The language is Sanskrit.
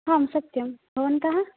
आं सत्यं भवन्तः